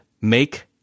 make